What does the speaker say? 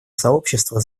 сообщество